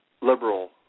liberal